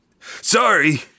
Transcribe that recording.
Sorry